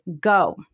go